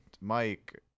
Mike